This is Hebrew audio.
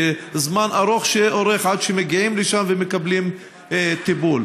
וזמן ארוך עד שמגיעים לשם ומקבלים טיפול.